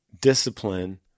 discipline